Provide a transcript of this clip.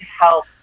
help